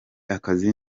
akazi